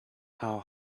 how